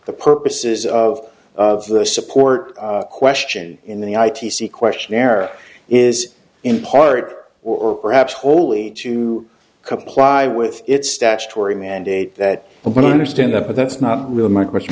the purposes of the support question in the i t c questionnaire is in part or perhaps wholly to comply with its statutory mandate that when i understand that but that's not really my question